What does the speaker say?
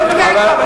התחלת עם צביטות,